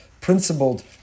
principled